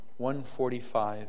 145